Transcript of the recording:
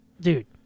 dude